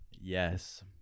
Yes